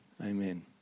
amen